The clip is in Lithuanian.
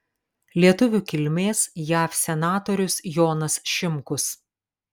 lietuvių kilmės jav senatorius jonas šimkus